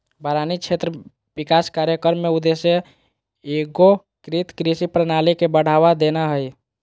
बारानी क्षेत्र विकास कार्यक्रम के उद्देश्य एगोकृत कृषि प्रणाली के बढ़ावा देना हइ